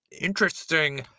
interesting